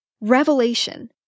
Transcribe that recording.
revelation